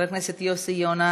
חבר הכנסת יוסי יונה,